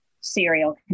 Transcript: serial